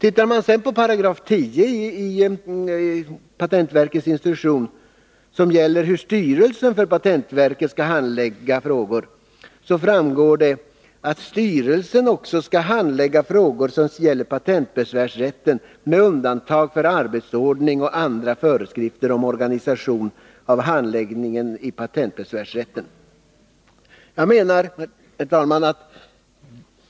110 §i patentverkets instruktion, som gäller hur styrelsen för patentverket skall handlägga frågor, framgår att styrelsen också skall handlägga sådana frågor som gäller patentbesvärsrätten med undantag för arbetsordning och andra föreskrifter om organisation av handläggningen i patentbesvärsrätten.